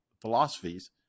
philosophies